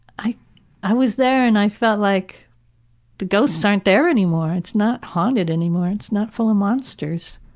i i was there and i felt like the ghosts aren't there anymore. it's not haunted anymore. it's not full of monsters.